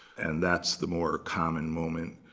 and that's the more common moment.